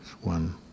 one